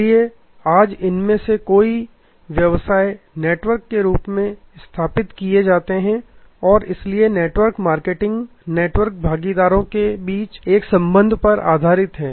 इसलिए आज इनमें से कई व्यवसाय नेटवर्क के रूप में किए जाते हैं और इसलिए नेटवर्क मार्केटिंग नेटवर्क भागीदारों के बीच एक संबंध पर आधारित है